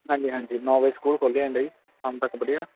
ਹਾਂਜੀ ਹਾਂਜੀ ਨੌ ਵਜੇ ਸਕੂਲ ਖੁੱਲ੍ਹ ਜਾਂਦਾ ਜੀ ਹੁਣ ਤੱਕ ਬੜੀਆ